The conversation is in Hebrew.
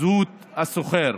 זהות השוכר.